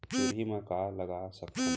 चुहरी म का लगा सकथन?